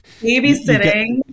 Babysitting